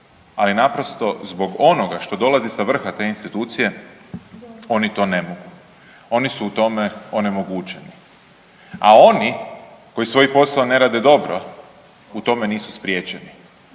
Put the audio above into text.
ali naprosto zbog onoga što dolazi sa vrha te institucije oni to ne mogu. Oni su u tome onemogućeni. A oni koji svoj posao ne rado dobro u tome nisu spriječeni,